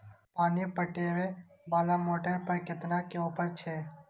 पानी पटवेवाला मोटर पर केतना के ऑफर छे?